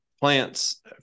plants